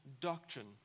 doctrine